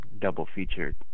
double-featured